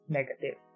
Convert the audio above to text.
negative